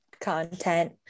content